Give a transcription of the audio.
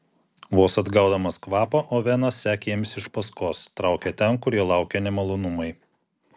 vos atgaudamas kvapą ovenas sekė jiems iš paskos traukė ten kur jo laukė nemalonumai